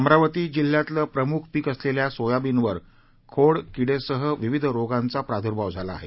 अमरावती जिल्ह्यातल प्रमुख पिक असलेल्या सोयाबीनवर खोडकिड सह विविध रोगांचा प्रादुर्भाव झाला आहे